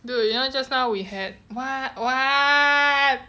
dude you know just now we had what what